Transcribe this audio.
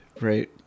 right